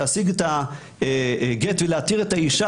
להשיג את הגט ולהתיר את האישה,